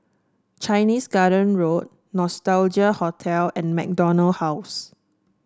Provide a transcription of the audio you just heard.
Chinese Garden Road Nostalgia Hotel and MacDonald House